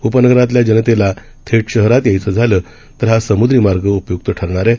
उपनगरातल्या जनतेला थेट शहरात यायचे झाल्यास हा समुद्री मार्ग उपयुक्त ठरणार आहे